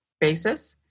basis